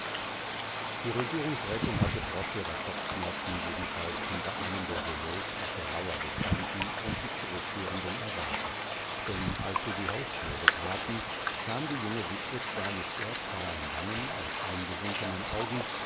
die regierungsrätin hatte trotz ihrer kopfschmerzen jedenfalls hinter einem der rouleaus auf der lauer gestanden und die zurückkehrenden erwartet denn als sie die hausflur betraten kam die junge witwe zwar mit erdfahlen wangen und eingesunkenen augen